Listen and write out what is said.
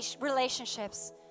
relationships